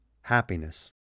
happiness